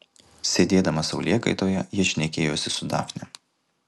sėdėdama saulėkaitoje ji šnekėjosi su dafne